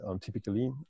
typically